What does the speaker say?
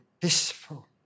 peaceful